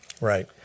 Right